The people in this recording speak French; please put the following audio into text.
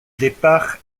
départ